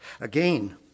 Again